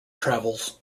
travels